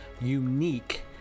unique